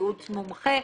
ייעוץ מומחה,